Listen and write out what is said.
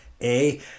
A-